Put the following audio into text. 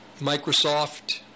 Microsoft